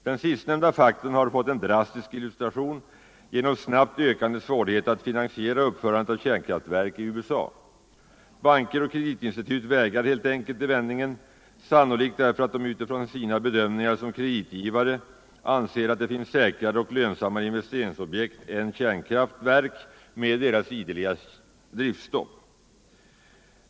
Den sistnämnda faktorn har fått en drastisk illustration genom snabbt ökande svårighet att finansiera uppförandet av kärnkraftverk i USA. Banker och kreditinstitut vägrar helt enkelt i vändningen, sannolikt därför att de utifrån sina bedömningar som kreditgivare anser att det finns säkrare och lönsammare investeringsobjekt än kärnkraftverk med deras ideliga driftstopp.